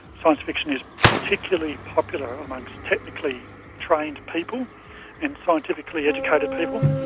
science fiction is particularly popular amongst technically trained people and scientifically educated people.